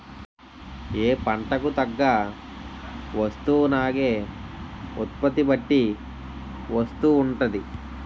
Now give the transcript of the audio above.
ఏ పంటకు తగ్గ వస్తువునాగే ఉత్పత్తి బట్టి వస్తువు ఉంటాది